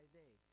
day